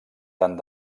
tant